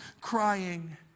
crying